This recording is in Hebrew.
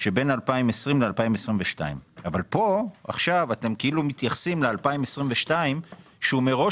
שבין 2020 לבין 2022. עכשיו אתם מתייחסים לתקציב 2022 שמראש